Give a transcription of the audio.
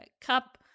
cup